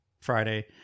Friday